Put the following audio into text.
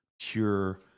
pure